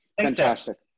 Fantastic